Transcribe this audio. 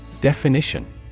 Definition